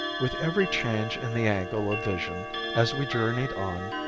with every change in the angle of vision as we journeyed on,